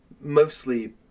mostly